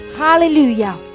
Hallelujah